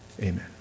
Amen